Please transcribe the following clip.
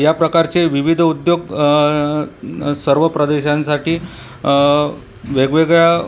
याप्रकारचे विविध उद्योग सर्व प्रदेशांसाठी वेगवेगळ्या